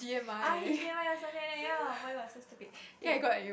!ah! H_D_M_I or something like that ya oh-my-god I so stupid K